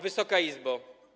Wysoka Izbo!